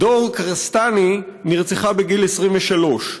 דור כרסנטי נרצחה בגיל 23,